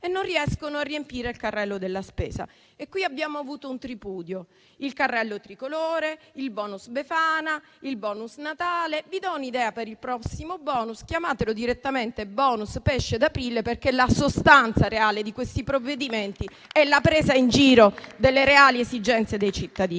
e non riescono a riempire il carrello della spesa. Qui abbiamo avuto un tripudio: il carrello tricolore, il *bonus* befana, il *bonus* Natale. Vi do un'idea per il prossimo *bonus*: chiamatelo direttamente "*bonus* pesce d'aprile", perché la sostanza reale di questi provvedimenti è la presa in giro delle reali esigenze dei cittadini.